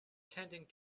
tending